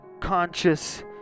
conscious